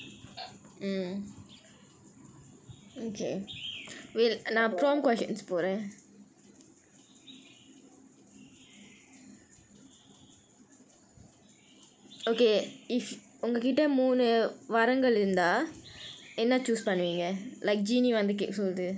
அப்புறம்:appuram